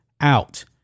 out